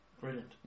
brilliant